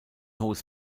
hohes